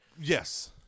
Yes